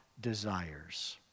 desires